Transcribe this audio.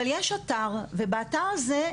אבל יש אתר ובאתר הזה,